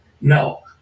No